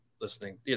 listening